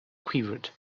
quivered